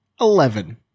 Eleven